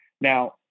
Now